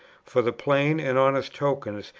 for the plain and honest tokens,